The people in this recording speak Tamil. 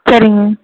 சரிங்க